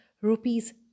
rupees